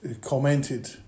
commented